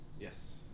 Yes